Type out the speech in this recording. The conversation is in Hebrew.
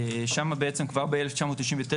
שם בעצם כבר בשנת 1999,